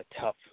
tough